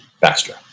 faster